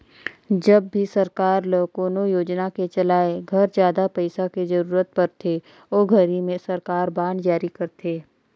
जब भी सरकार ल कोनो योजना के चलाए घर जादा पइसा के जरूरत परथे ओ घरी में सरकार बांड जारी करथे